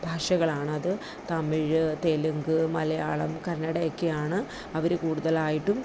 ഭാഷകളാണത് തമിഴ് തെലുങ്ക് മലയാളം കന്നടയൊക്ക്യാണ് അവർ കൂടുതലായിട്ടും